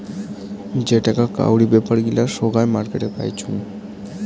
যেটাকা কাউরি বেপার গিলা সোগায় মার্কেটে পাইচুঙ